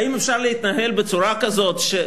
האם אפשר להתנהל בצורה כזאת,